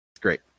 great